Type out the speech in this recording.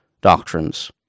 doctrines